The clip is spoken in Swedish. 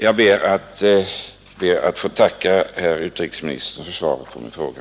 Jag tackar än en gång herr utrikesministern för svaret på min fråga.